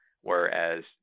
whereas